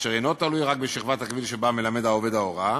אשר אינו תלוי רק בשכבת הגיל שבה מלמד עובד ההוראה.